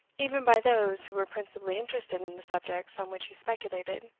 even by those who were principally interested in the subjects on which he speculated.